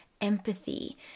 empathy